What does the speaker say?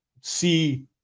see